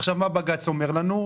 עכשיו, מה בג"ץ אומר לנו?